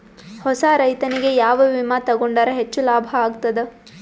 ಹೊಸಾ ರೈತನಿಗೆ ಯಾವ ವಿಮಾ ತೊಗೊಂಡರ ಹೆಚ್ಚು ಲಾಭ ಆಗತದ?